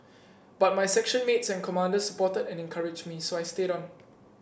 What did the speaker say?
but my section mates and commanders supported and encouraged me so I stayed on